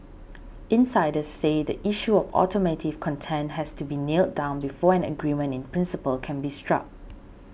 insiders say the issue of automotive content has to be nailed down before an agreement in principle can be struck